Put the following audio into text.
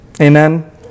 Amen